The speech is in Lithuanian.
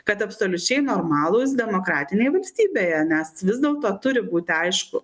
kad absoliučiai normalūs demokratinėje valstybėje nes vis dėlto turi būti aišku